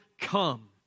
come